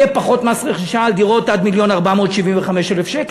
יהיה פחות מס רכישה על דירות עד מיליון ו-475,000 שקל.